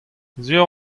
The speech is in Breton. sur